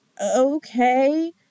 okay